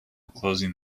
closing